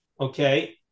Okay